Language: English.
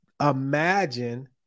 imagine